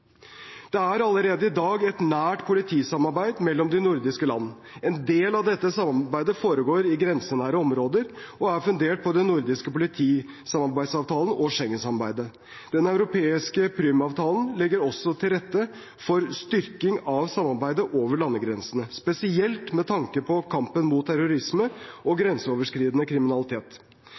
Det er allerede i dag et nært politisamarbeid mellom de nordiske land. En del av dette samarbeidet foregår i grensenære områder og er fundert på den nordiske politisamarbeidsavtalen og Schengen-samarbeidet. Den europeiske Prüm-avtalen legger også til rette for styrking av samarbeidet over landegrensene, spesielt med tanke på kampen mot terrorisme og grenseoverskridende kriminalitet.